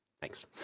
Thanks